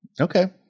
Okay